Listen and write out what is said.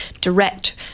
direct